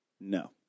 No